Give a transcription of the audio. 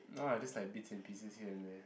no ah just like bits and pieces here and there